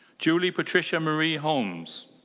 julia patricia marie holms.